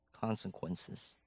consequences